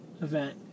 event